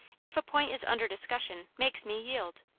if a point is under discussion, makes me yield.